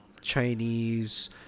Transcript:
Chinese